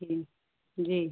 जी जी